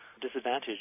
disadvantage